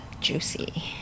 juicy